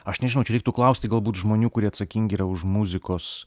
aš nežinau čia reiktų klausti galbūt žmonių kurie atsakingi yra už muzikos